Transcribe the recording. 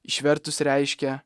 išvertus reiškia